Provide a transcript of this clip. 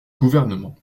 gouvernement